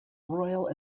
royle